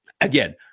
Again